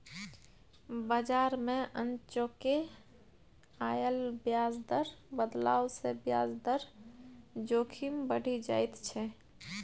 बजार मे अनचोके आयल ब्याज दर बदलाव सँ ब्याज दर जोखिम बढ़ि जाइत छै